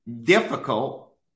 difficult